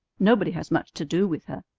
nobody has much to do with her.